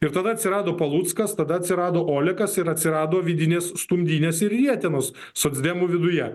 ir tada atsirado paluckas tada atsirado olekas ir atsirado vidinės stumdynės ir rietenos socdemų viduje